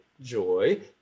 joy